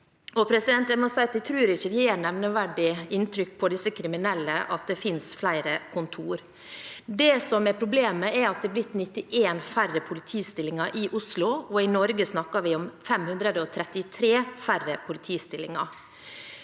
Jeg må si at jeg ikke tror det gjør nevneverdig inntrykk på disse kriminelle at det finnes flere kontor. Det som er problemet, er at det er blitt 91 færre politistillinger i Oslo, og i Norge snakker vi om 533 færre politistillinger.